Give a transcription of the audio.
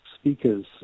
speakers